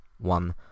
One